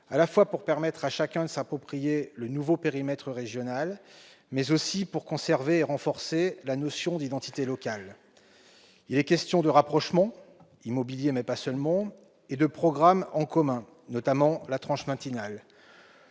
pour permettre à chacun de s'approprier le nouveau périmètre régional, mais aussi pour conserver et renforcer la notion d'identité locale. Il est question de rapprochement- immobilier, mais pas seulement -et de programmes en commun, notamment lors de la tranche matinale.